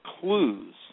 clues